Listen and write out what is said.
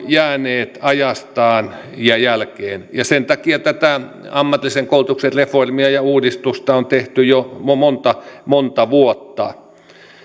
jääneet ajastaan jälkeen ja sen takia tätä ammatillisen koulutuksen reformia ja uudistusta on tehty jo monta monta vuotta